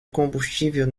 combustível